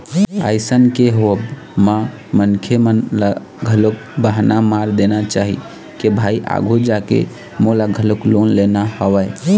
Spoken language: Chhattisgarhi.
अइसन के होवब म मनखे मन ल घलोक बहाना मार देना चाही के भाई आघू जाके मोला घलोक लोन लेना हवय